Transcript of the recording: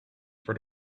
for